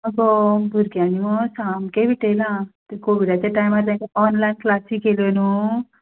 अगो भुरग्यांनी मगो सामकें विटयलां तीं कोविडाच्या टायमार तेंकां ऑनलायन क्लासी केल्यो न्हय